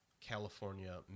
California